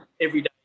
everyday